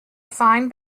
fine